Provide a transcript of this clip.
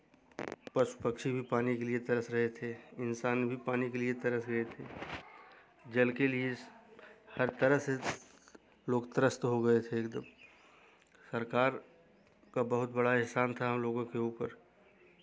पशु पक्षी भी पानी के लिए तरस रहे थे इंसान भी पानी के लिए तरस गए थे जल के लिए इस हर तरह से लोग तरस्त हो गए थे एक दम सरकार का बहुत बड़ा एहसान था हम लोगों के ऊपर